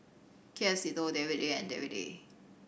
K F Seetoh David Lee and David Lee